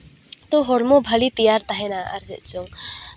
ᱛᱚ ᱦᱚᱲᱢᱚ ᱵᱷᱟᱞᱮ ᱛᱮᱭᱟᱨ ᱛᱟᱦᱮᱱᱟ ᱟᱨ ᱪᱮᱫ ᱪᱚᱝ